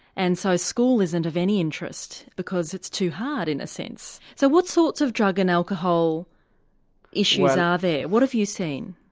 and so school isn't of any interest because it's too hard in a sense. so what sorts of drug and alcohol issues are there, what have you seen?